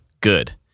Good